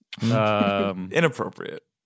Inappropriate